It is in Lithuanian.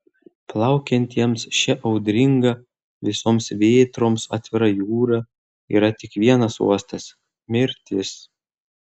plaukiantiems šia audringa visoms vėtroms atvira jūra yra tik vienas uostas mirtis